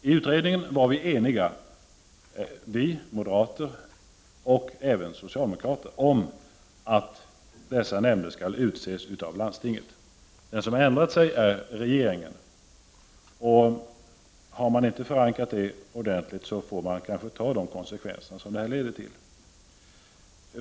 I utredningen var vi eniga — moderater och socialdemokrater — om att nämnderna skall utses av landstinget. Den som har ändrat sig är regeringen. Har man inte förankrat det ordentligt får man ta de konsekvenser som det leder till.